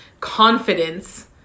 confidence